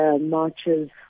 marches